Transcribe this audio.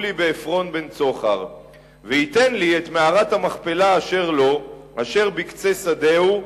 לי בעפרון בן צחר ויתן לי את מערת המכפלה אשר לו אשר בקצה שדהו.